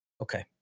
Okay